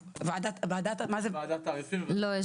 יש וועדת התעריפים ויש וועדת --- לא.